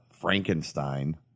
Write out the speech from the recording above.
Frankenstein